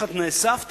יש לך תנאי סף,